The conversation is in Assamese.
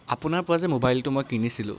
আপোনাৰ পৰা যে মোবাইলটো মই কিনিছিলোঁ